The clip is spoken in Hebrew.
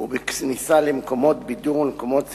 ובכניסה למקומות בידור ולמקומות ציבוריים,